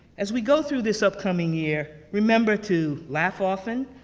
as we go through this upcoming year, remember to, laugh often,